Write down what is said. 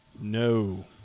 No